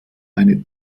eine